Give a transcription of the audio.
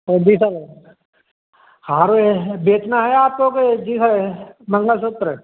जी sir हार बेच बेचना है आपको की जी सर मंगलसूत्र